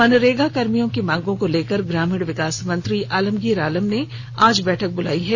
मनरेगा कर्मियों की मांगों को लेकर ग्रामीण विकास मंत्री आलमगीर आलम ने आज बैठक बुलाई है